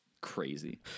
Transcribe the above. crazy